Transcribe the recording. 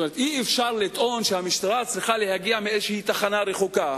אי-אפשר לטעון שהמשטרה צריכה להגיע מאיזו תחנה רחוקה.